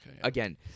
Again